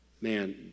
Man